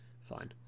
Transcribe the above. fine